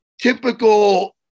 Typical